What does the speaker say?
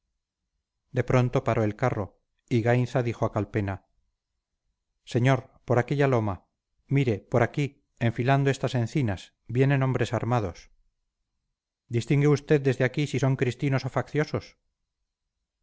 de pronto paró el carro y gainza dijo a calpena señor por aquella loma mire por aquí enfilando estas encinas vienen hombres armados distingue usted desde aquí si son cristinos o facciosos